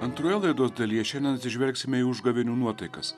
antroje laidos dalyje šiandien atsižvelgsime į užgavėnių nuotaikas